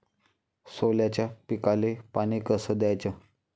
सोल्याच्या पिकाले पानी कस द्याचं?